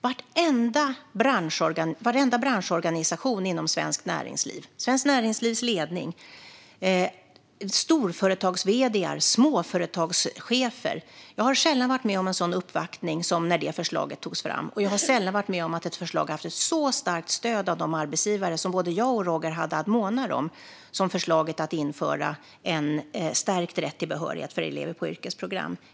Varenda branschorganisation inom svenskt näringsliv, Svenskt Näringslivs ledning, storföretags-vd:ar, småföretagschefer - jag har sällan varit med om en sådan uppvaktning som när det förslaget togs fram, och jag har sällan varit med om att ett förslag haft ett så starkt stöd av de arbetsgivare som både jag och Roger Haddad månar om, som förslaget att införa en stärkt rätt till behörighet för elever på yrkesprogram.